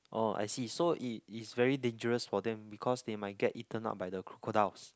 oh I see so it is very dangerous for them because they might get eaten up by the crocodiles